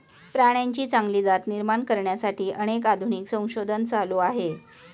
प्राण्यांची चांगली जात निर्माण करण्यासाठी अनेक आधुनिक संशोधन चालू आहे